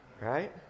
right